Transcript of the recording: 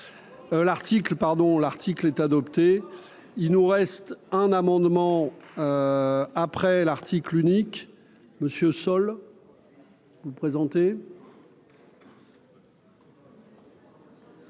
l'article est adopté, il nous reste un amendement. Après l'article unique, monsieur sol. Vous présenter.